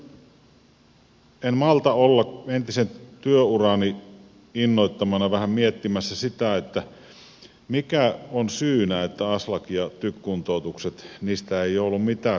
sitten en malta olla entisen työurani innoittamana vähän miettimättä sitä mikä on syynä että aslak ja tyk kuntoutuksista ei ole ollut mitään hyötyä